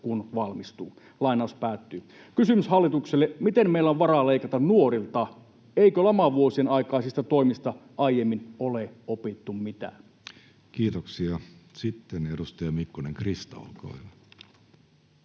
kun valmistun?” Kysymys hallitukselle: Miten meillä on varaa leikata nuorilta? Eikö lamavuosien aikaisista toimista aiemmin ole opittu mitään? Kiitoksia. — Sitten edustaja Mikkonen, Krista, olkaa hyvä.